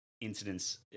Incidents